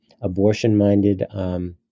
abortion-minded